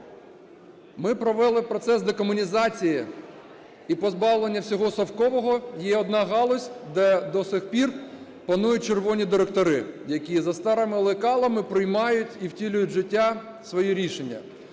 ми провели процес декомунізації і позбавлення всього совкового. Є одна галузь, де до сих пір панують "червоні директори", які за старими лекалами приймають і втілюють в життя свої рішення.